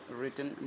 written